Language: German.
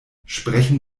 sprechen